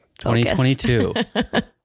2022